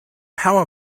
how